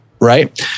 Right